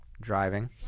driving